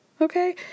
okay